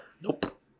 Nope